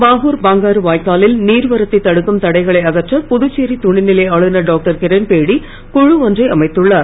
பாகூர் பங்காரு வாய்க்காலில் நீர் வரத்தை தடுக்கும் தடைகளை அகற்ற துணைநிலை ஆளுநர் டாக்டர் கிரண்பேடி குழு அமைத்துள்ளார்